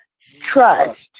trust